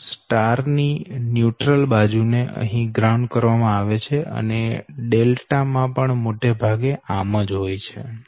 તો સ્ટાર ની ન્યુટ્રલ બાજુ ને અહીં ગ્રાઉન્ડ કરવામાં આવે છે અને ડેલ્ટા માં પણ મોટે ભાગે આમ જ હોય છે